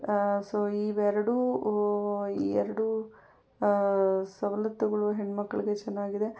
so ಇವೆರಡು ಈ ಎರಡೂ ಸವಲತ್ತುಗಳು ಹೆಣ್ಮಕ್ಳಿಗೆ ಚೆನ್ನಾಗಿದೆ